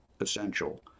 essential